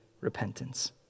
repentance